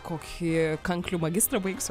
kokį kanklių magistrą baigsiu